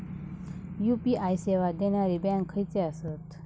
UPI सेवा देणारे bank खयचे आसत?